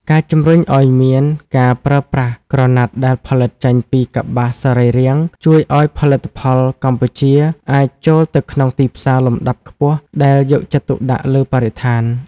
ការជំរុញឱ្យមានការប្រើប្រាស់ក្រណាត់ដែលផលិតចេញពីកប្បាសសរីរាង្គ ជួយឱ្យផលិតផលកម្ពុជាអាចចូលទៅក្នុងទីផ្សារលំដាប់ខ្ពស់ដែលយកចិត្តទុកដាក់លើបរិស្ថាន។